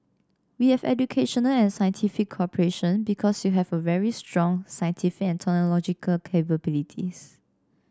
we have educational and scientific cooperation because you have very strong scientific and technological capabilities